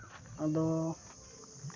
ᱟᱫᱚ